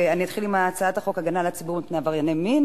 ואני אתחיל עם הצעת החוק הגנת על הציבור מפני עברייני מין